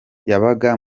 yabaga